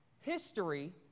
History